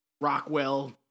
Rockwell